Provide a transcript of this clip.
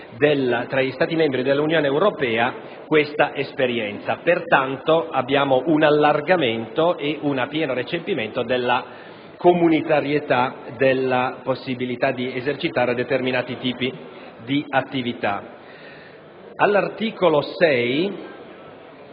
tra gli Stati membri dell'Unione europea tale esperienza. Pertanto, abbiamo un allargamento ed un pieno recepimento a livello comunitario della possibilità di esercitare determinati tipi di attività. All'articolo 6